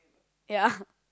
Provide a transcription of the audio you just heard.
ya